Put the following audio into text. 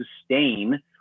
sustain